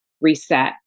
reset